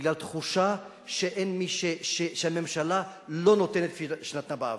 בגלל תחושה שהממשלה לא נותנת כפי שנתנה בעבר.